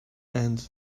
and